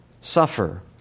suffer